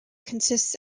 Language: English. consists